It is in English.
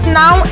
now